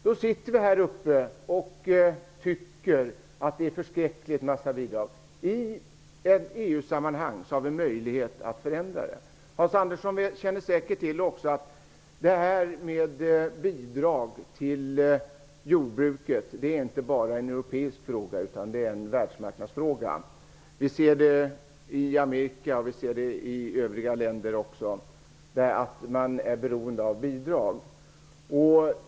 Då sitter vi här uppe och tycker att det finns en förskräcklig massa bidrag. I ett EU sammanhang har vi möjlighet att förändra det. Hans Andersson känner säkert också till att bidrag till jordbruket inte bara är en europeisk fråga utan en världsmarknadsfråga. Vi ser att man är beroende av bidrag i Amerika, och vi ser det i övriga länder också.